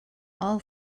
all